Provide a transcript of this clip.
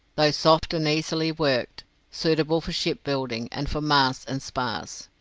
though soft and easily worked suitable for shipbuilding, and for masts and spars.